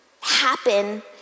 happen